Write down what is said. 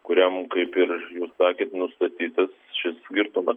kuriam kaip ir jūs sakėt nustatytas šis girtumas